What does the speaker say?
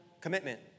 commitment